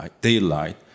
daylight